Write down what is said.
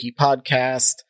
Podcast